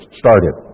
started